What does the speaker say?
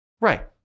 Right